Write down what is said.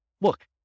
look